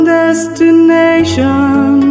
destination